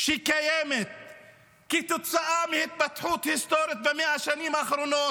שקיימת כתוצאה מהתפתחות היסטורית במאה השנים האחרונות.